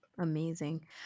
Amazing